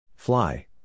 Fly